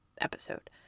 episode